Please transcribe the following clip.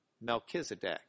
Melchizedek